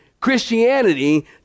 Christianity